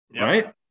right